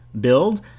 build